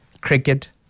cricket